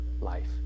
life